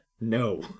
no